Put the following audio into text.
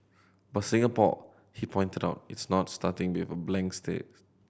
but Singapore he pointed out is not starting with a blank states